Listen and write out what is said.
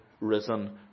risen